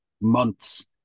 months